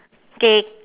K